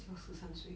要十三岁